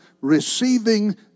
receiving